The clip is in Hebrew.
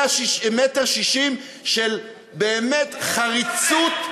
1.60 מטר של חריצות,